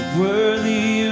worthy